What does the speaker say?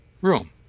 room